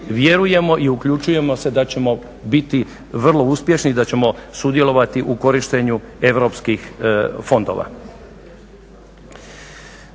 Vjerujemo i uključujemo se da ćemo biti vrlo uspješni i da ćemo sudjelovati u korištenju europskih fondova.